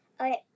Okay